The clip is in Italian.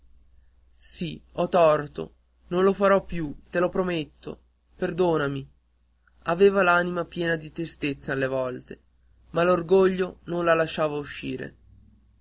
sì ho torto non lo farò più te lo prometto perdonami aveva l'anima piena di tenerezza alle volte ma l'orgoglio non la lasciava uscire